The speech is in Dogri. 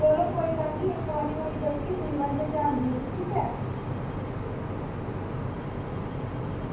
चलो कोई गल्ल निं इक्क बारी होई गलती दूई बारी में ध्यान देगी